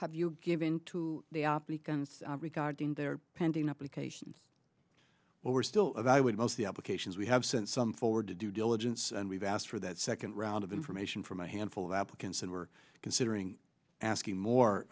have you given to the applicants regarding their pending up and well we're still of i would mostly applications we have sent some forward to due diligence and we've asked for that second round of information from a handful of applicants and we're considering asking more